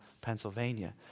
Pennsylvania